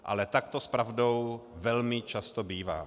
Ale tak to s pravdou velmi často bývá.